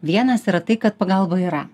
vienas yra tai kad pagalba yra